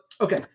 okay